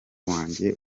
wanjye